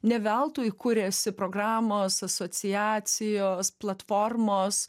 ne veltui kuriasi programos asociacijos platformos